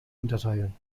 unterteilen